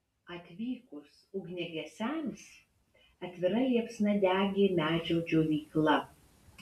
atvykus ugniagesiams atvira liepsna degė medžio džiovykla